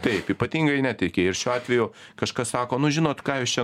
taip ypatingai netiki ir šiuo atveju kažkas sako nu žinot ką jūs čia